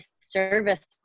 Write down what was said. service